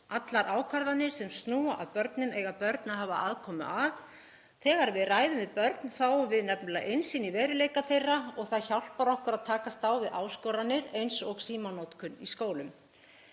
Öllum ákvörðunum sem snúa að börnum eiga börn að hafa aðkomu að. Þegar við ræðum við börn fáum við nefnilega innsýn í veruleika þeirra og það hjálpar okkur að takast á við áskoranir eins og símanotkun í skólum.